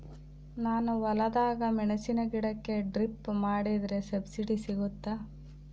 ನಾನು ಹೊಲದಾಗ ಮೆಣಸಿನ ಗಿಡಕ್ಕೆ ಡ್ರಿಪ್ ಮಾಡಿದ್ರೆ ಸಬ್ಸಿಡಿ ಸಿಗುತ್ತಾ?